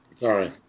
sorry